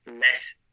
less